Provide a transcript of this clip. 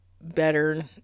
better